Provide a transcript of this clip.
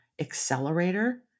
accelerator